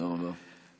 תודה רבה.